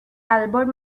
elbowed